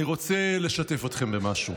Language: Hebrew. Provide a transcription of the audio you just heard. אני רוצה לשתף אתכם במשהו,